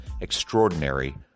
extraordinary